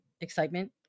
excitement